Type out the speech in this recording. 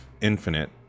infinite